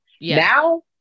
Now